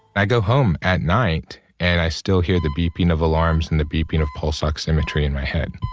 i go home at night and i still hear the beeping of alarms and the beeping of pulse oximetry in my head